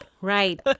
Right